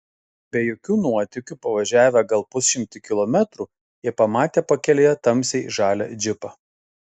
be jokių nuotykių pavažiavę gal pusšimtį kilometrų jie pamatė pakelėje tamsiai žalią džipą